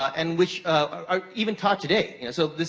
and which are even taught today. so,